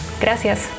Gracias